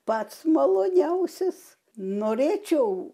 pats maloniausias norėčiau